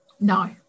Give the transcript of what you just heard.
no